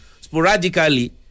sporadically